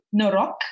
Norok